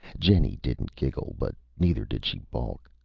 jenny didn't giggle, but neither did she balk.